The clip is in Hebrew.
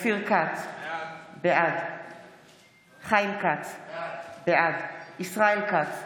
אופיר כץ, בעד חיים כץ, בעד ישראל כץ,